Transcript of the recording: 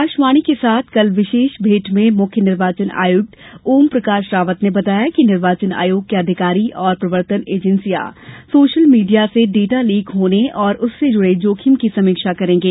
आकाशवाणी के साथ कल विशेष भेंट में मुख्य निर्वाचन आयुक्त ओम प्रकाश रावत ने बताया कि निर्वाचन आयोग के अधिकारी और प्रवर्तन एजेंसियां सोशल मीडिया से डेटा लीक होने और उससे जुड़े जोखिम की समीक्षा करेंगे